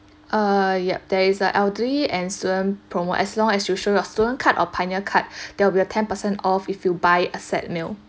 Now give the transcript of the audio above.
uh yup there is a elderly and student promo as long as you show your student card or pioneer card there'll be a ten percent off if you buy a set meal